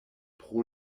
pro